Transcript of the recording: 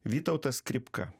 vytautas skripka